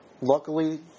Luckily